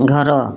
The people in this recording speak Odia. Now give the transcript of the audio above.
ଘର